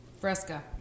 Fresca